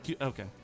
okay